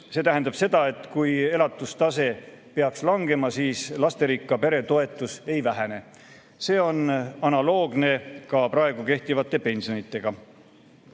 see tähendab seda, et kui elatustase peaks langema, siis lasterikka pere toetus ei vähene. See on analoogne ka praegu kehtivate pensionidega.